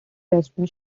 western